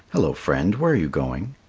hello, friend where are you going?